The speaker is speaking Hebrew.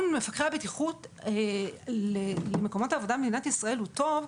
מפקחי הבטיחות למקומות עבודה במדינת ישראל הוא טוב,